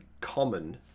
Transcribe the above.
common